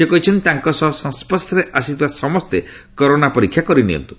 ସେ କହିଛନ୍ତି ତାଙ୍କ ସହ ସଂସ୍କର୍ଶରେ ଆସିଥିବା ସମସ୍ତେ କରୋନା ପରୀକ୍ଷା କରିନିଅନ୍ତୁ